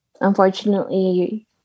unfortunately